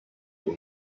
will